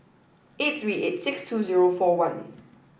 eight three eight six two zero four one